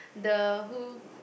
the who